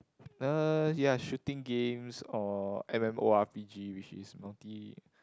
uh ya shooting games or M_M_O_R_P_G which is multi